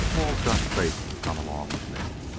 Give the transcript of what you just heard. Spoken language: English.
who-all's got faith to come along with me?